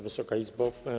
Wysoka Izbo!